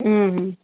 ଉଁ ହୁଁ